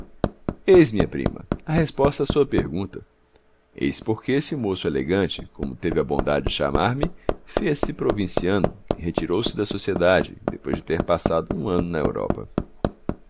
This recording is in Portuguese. prima a resposta à sua pergunta eis por que esse moço elegante como teve a bondade de chamar-me fez-se provinciano e retirou-se da sociedade depois de ter passado um ano na europa